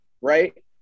Right